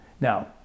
Now